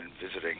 visiting